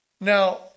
Now